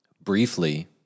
Briefly